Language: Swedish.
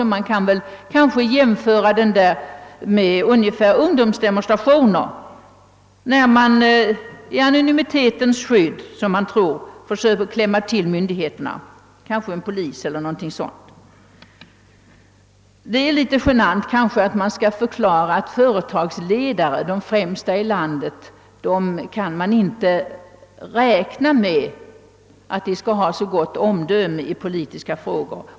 Den kanske skall jämföras med ungdomsdemonstrationer då man, som man tror i anonymitetens skydd, försöker klämma till myndigheterna — kanske en polis. Men det är litet genant att behöva förklara, att man inte kan räkna med att de främsta företagsledarna i landet skall ha något omdöme i politiska frågor.